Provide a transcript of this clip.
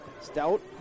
Stout